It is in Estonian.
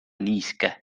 niiske